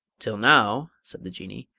till now, said the jinnee,